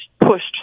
pushed